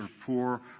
poor